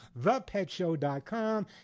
thepetshow.com